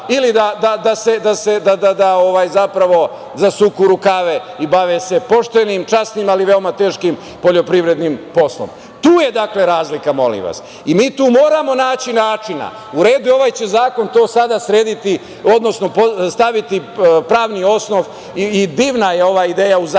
ili da zasuku rukave i bave se poštenim, časnim, ali veoma teškim poljoprivrednim poslom. Tu je razlika, molim vas. I mi tu moramo naći načina.U redu, ovaj će zakon to sada srediti, odnosno staviti pravni osnov i divna je ova ideja u zakonu